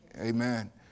amen